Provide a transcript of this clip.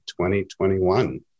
2021